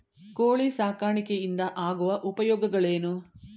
ಕೋಳಿ ಸಾಕಾಣಿಕೆಯಿಂದ ಆಗುವ ಉಪಯೋಗಗಳೇನು?